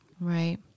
Right